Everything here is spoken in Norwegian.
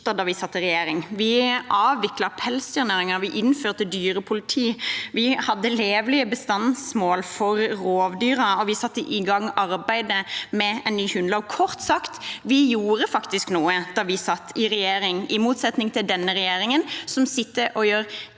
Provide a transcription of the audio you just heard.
da vi satt i regjering. Vi avviklet pelsdyrnæringen, vi innførte dyrepoliti, vi hadde levelige bestandsmål for rovdyrene, og vi satte i gang arbeidet med en ny hundelov. Kort sagt: Vi gjorde faktisk noe da vi satt i regjering, i motsetning til denne regjeringen, som ikke gjør